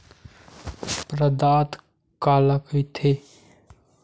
प्रदाता काला कइथे?